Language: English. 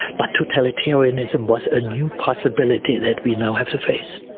but totalitarianism was a new possibility that we now have to face.